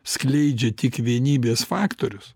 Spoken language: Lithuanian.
skleidžia tik vienybės faktorius